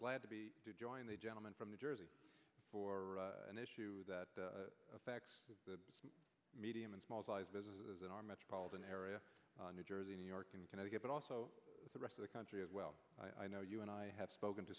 glad to be joined the gentleman from new jersey for an issue that affects the medium and small sized businesses in our metropolitan area new jersey new york and connecticut but also the rest of the country as well i know you and i have spoken to